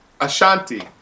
Ashanti